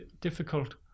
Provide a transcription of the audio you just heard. difficult